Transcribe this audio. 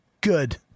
Good